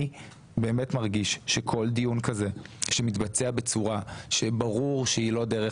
אני באמת מרגיש שכל דיון כזה שמתבצע בצורה שברור שהיא לא דרך